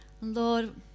Lord